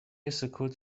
وسکوت